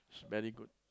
it's very good